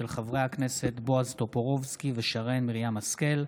של חברי הכנסת בועז טופורובסקי ושרן מרים השכל,